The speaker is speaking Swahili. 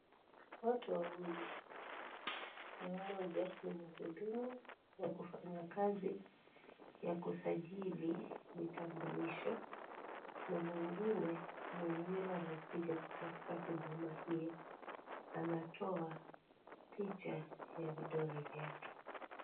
Watu wawili mmoja ni mhudumu wa kufanya kazi ya kusajili vitambulisho na mwingine ni yule amekuja kutafuta huduma hii anatoa picha ya vidole vyake.